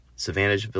Savannah